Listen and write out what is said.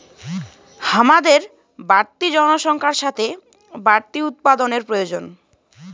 হামাদের বাড়তি জনসংখ্যার সাথে বাড়তি উৎপাদানের প্রয়োজন